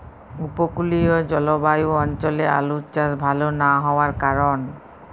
উপকূলীয় জলবায়ু অঞ্চলে আলুর চাষ ভাল না হওয়ার কারণ?